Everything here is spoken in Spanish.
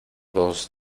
dos